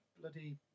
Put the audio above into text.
bloody